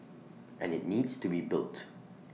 and IT needs to be built